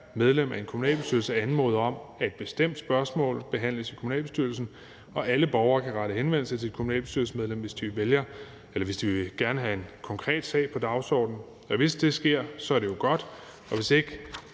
medlem af en kommunalbestyrelse anmode om, at et bestemt spørgsmål behandles i kommunalbestyrelsen, og alle borgere kan rette henvendelse til et kommunalbestyrelsesmedlem, hvis de gerne vil have en konkret sag på dagsordenen. Hvis det sker, er det jo godt, og hvis ikke